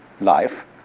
life